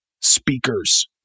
speakers